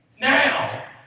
Now